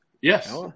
Yes